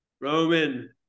Roman